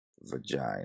vagina